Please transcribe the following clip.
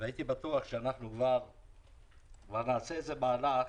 והייתי בטוח שאנחנו נעשה מהלך,